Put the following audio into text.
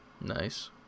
Nice